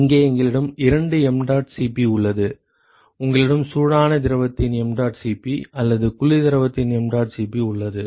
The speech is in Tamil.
இங்கே எங்களிடம் இரண்டு mdot Cp உள்ளது உங்களிடம் சூடான திரவத்தின் mdot Cp அல்லது குளிர் திரவத்தின் mdot Cp உள்ளது